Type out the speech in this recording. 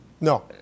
no